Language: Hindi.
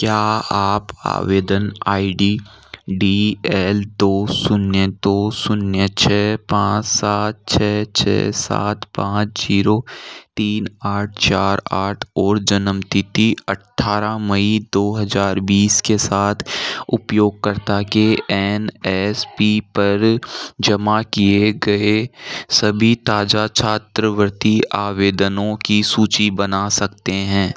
क्या आप आवेदन आई डी डी एल दो शून्य दो शून्य छः पाँच सात छः छः सात पाँच जीरो तीन आठ चार आठ और जन्म तिथि अट्ठारह मई दो हज़ार बीस के साथ उपयोगकर्ता के एन एस पी पर जमा किए गए सभी ताज़ा छात्रवृत्ति आवेदनों की सूची बना सकते हैं